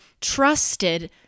trusted